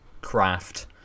craft